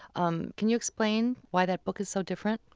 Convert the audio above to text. um can you explain why that book is so different?